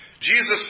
Jesus